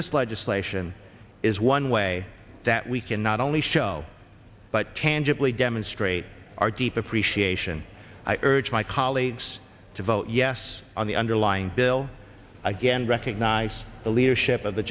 this legislation is one way that we can not only show but tangibly demonstrate our deep appreciation i urge my colleagues to vote yes on the underlying bill again recognize the leadership of the